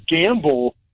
gamble